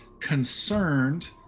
concerned